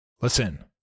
Listen